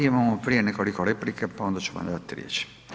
Imamo prije nekoliko replika pa onda ćemo dati riječ.